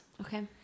okay